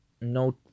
no